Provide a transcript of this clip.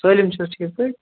سٲلِم چھا حظ ٹھیٖک پٲٹھۍ